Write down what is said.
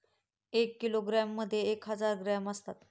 एक किलोग्रॅममध्ये एक हजार ग्रॅम असतात